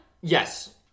Yes